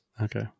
Okay